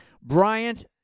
Bryant